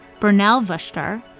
bernelle verster,